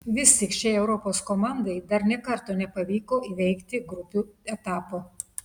vis tik šiai europos komandai dar nė karto nepavyko įveikti grupių etapo